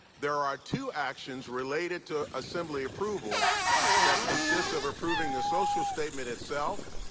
there are two actions related to assembly approval that consists of approving the social statement itself,